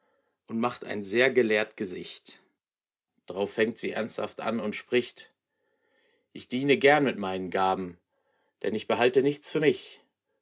und macht ein sehr gelehrt gesicht drauf fängt sie ernsthaft an und spricht ich diene gern mit meinen gaben denn ich behalte nichts für mich